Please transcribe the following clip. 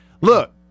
Look